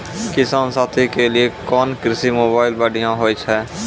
किसान साथी के लिए कोन कृषि मोबाइल बढ़िया होय छै?